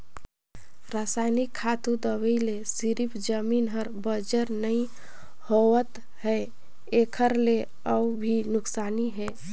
रसइनिक खातू, दवई ले सिरिफ जमीन हर बंजर नइ होवत है एखर ले अउ भी नुकसानी हे